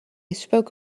spoke